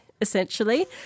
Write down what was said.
essentially